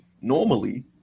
Normally